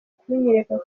kunyereka